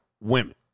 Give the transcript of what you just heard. women